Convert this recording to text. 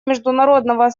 международного